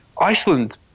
Iceland